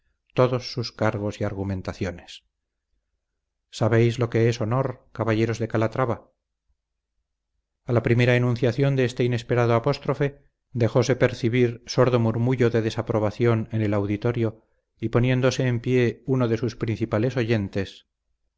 todos sus cargos y argumentaciones sabéis lo que es honor caballeros de calatrava a la primera enunciación de este inesperado apóstrofe dejóse percibir sordo murmullo de desaprobación en el auditorio y poniéndose en pie uno de sus principales oyentes